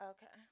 Okay